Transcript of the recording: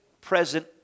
present